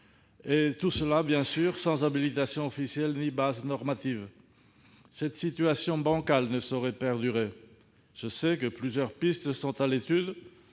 se fait, bien sûr, sans habilitation officielle ni base normative. Cette situation bancale ne saurait perdurer. Je sais que plusieurs pistes sont à l'étude.